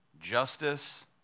justice